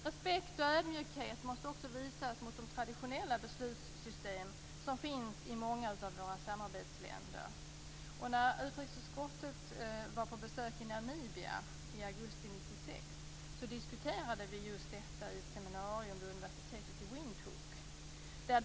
Respekt och ödmjukhet måste också visas mot de traditionella beslutssystem som finns i många av våra samarbetsländer. När utrikesutskottet var på besök i Namibia i augusti 1996 diskuterade vi just detta på ett seminarium vid universitetet i Windhoek.